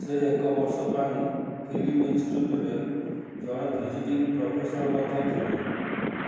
ସେ ଏକ ବର୍ଷ ପାଇଁ ଫିଲ୍ମ ଇନଷ୍ଟିଚ୍ୟୁଟ୍ରେ ଜଣେ ଭିଜିଟିଂ ପ୍ରଫେସର୍ ମଧ୍ୟ ଥିଲେ